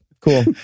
Cool